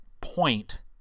point